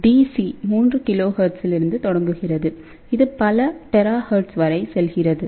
e 3 KHz இலிருந்து தொடங்குகிறது இதுபல THzவரை செல்கிறது